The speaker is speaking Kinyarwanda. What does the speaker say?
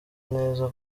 neza